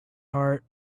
heart